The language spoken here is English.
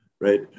right